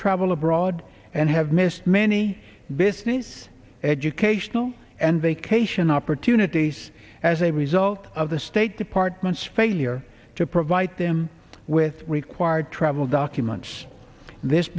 travel abroad and have missed many business educational and vacation opportunities as a result of the state department's failure to provide them with required travel documents this